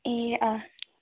ए